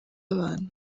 abantu